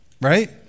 Right